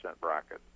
bracket